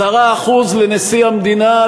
10% לנשיא המדינה,